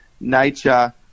nature